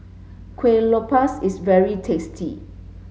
Kuih Lopes is very tasty